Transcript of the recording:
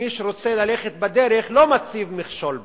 ומי שרוצה ללכת בדרך לא מציב מכשול בה,